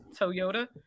Toyota